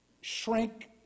shrink